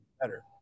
better